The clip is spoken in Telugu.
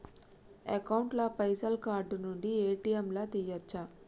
అకౌంట్ ల పైసల్ కార్డ్ నుండి ఏ.టి.ఎమ్ లా తియ్యచ్చా?